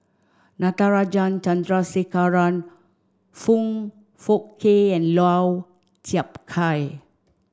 Natarajan Chandrasekaran Foong Fook Kay and Lau Chiap Khai